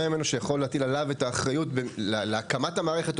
ממנו שיכול להטיל עליו את האחריות להקמת המערכת,